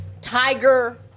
Tiger